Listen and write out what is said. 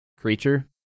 creature